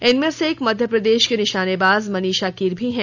इनमें से एक मध्यप्रदेश की निशानेबाज मनीषा कीर भी हैं